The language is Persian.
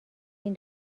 این